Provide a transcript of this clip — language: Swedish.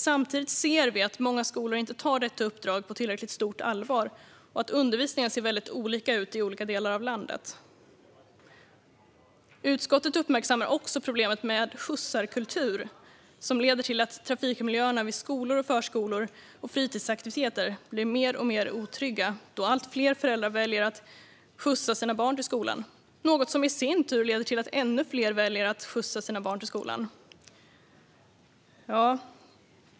Samtidigt ser vi att många skolor inte tar detta uppdrag på tillräckligt stort allvar och att undervisningen ser väldigt olika ut i olika delar av landet. Utskottet uppmärksammar också problemet med skjutsarkultur, som leder till att trafikmiljöerna vid skolor och förskolor samt i anslutning till fritidsaktiviteter blir mer och mer otrygga då allt fler föräldrar väljer att skjutsa sina barn. Detta leder i sin tur till att ännu fler väljer att skjutsa sina barn.